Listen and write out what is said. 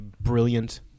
brilliant